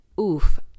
Oof